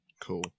Cool